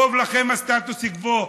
טוב לכם הסטטוס קוו,